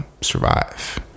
survive